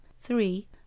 Three